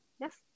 yes